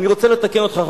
אני רוצה לתקן אותך,